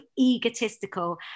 egotistical